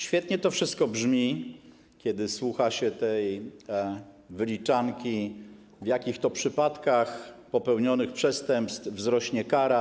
Świetnie to wszystko brzmi, kiedy słucha się tej wyliczanki, w jakich to przypadkach popełnionych przestępstw wzrośnie kara.